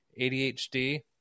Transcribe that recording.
ADHD